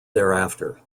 thereafter